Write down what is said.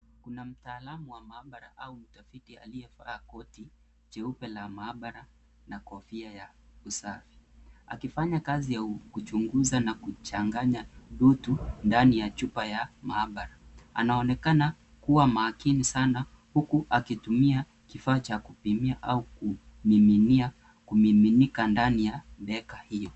Kuna mtaalamu wa maabara au mtafiti aliyevaa koti jeupe la maabara na kofia ya usafi. Akifanya kazi ya kuchunguza na kuchanganya dutu[cs[ ndani ya chupa ya maabara. Anaonekana kuwa makini sana huku akitumia kifaa cha kupimia au kumiminia kumiminika ndani ya beka hiyo.